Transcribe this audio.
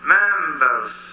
members